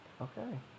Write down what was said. okay